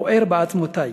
בוער בעצמותי,